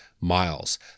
miles